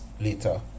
later